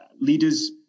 leaders